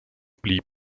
blieb